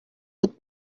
would